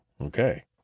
okay